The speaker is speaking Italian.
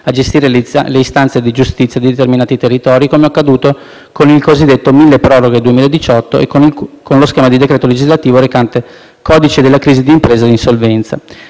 a gestire le istanze di giustizia di determinati territori, come è accaduto con il cosiddetto milleproroghe 2018 e con lo schema di decreto legislativo recante "Codice della crisi di impresa e dell'insolvenza".